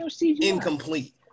Incomplete